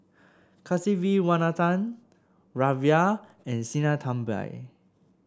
Kasiviswanathan and Sinnathamby